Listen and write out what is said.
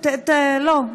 לא,